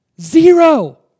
Zero